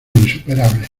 insuperable